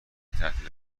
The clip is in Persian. تعطیل